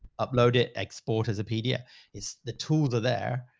upload it. export as a pdf is the tools. are there.